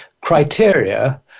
criteria